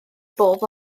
bob